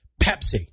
pepsi